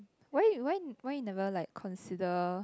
why why why you never like consider